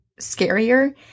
scarier